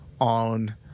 on